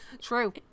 True